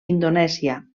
indonèsia